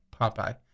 Popeye